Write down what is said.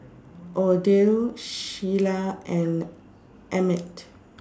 Odile Sheila and Emit